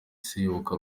seyoboka